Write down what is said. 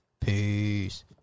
Peace